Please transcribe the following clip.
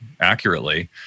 accurately